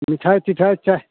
मिठाइ तिठाइ चाइ